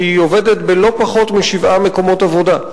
כי היא עובדת בלא פחות משבעה מקומות עבודה,